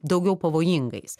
daugiau pavojingais